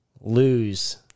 lose